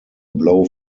blow